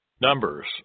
Numbers